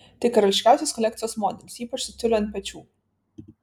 tai karališkiausias kolekcijos modelis ypač su tiuliu ant pečių